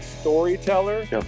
storyteller